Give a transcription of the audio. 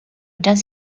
does